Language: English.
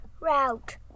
route